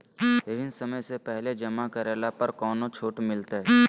ऋण समय से पहले जमा करला पर कौनो छुट मिलतैय?